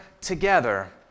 together